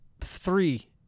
Three